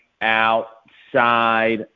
outside